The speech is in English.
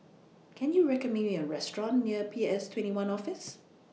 Can YOU recommend Me A Restaurant near P S twenty one Office